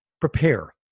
prepare